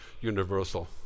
Universal